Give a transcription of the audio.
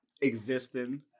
existing